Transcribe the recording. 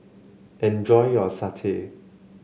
enjoy your satay